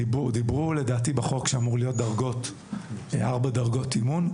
דיברו בחוק על כך שאמורות להיות ארבע דרגות אימון.